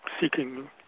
seeking